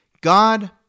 God